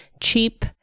cheap